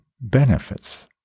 benefits